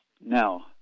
Now